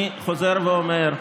אני חוזר ואומר: